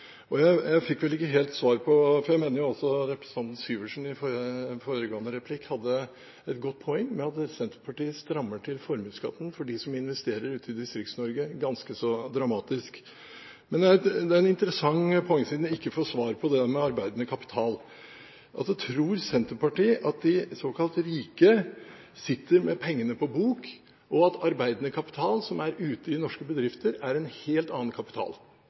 siden jeg ikke får svar på det med arbeidende kapital: Tror Senterpartiet at de såkalt rike sitter med pengene på bok, og at arbeidende kapital som er ute i norske bedrifter, er en helt annen kapital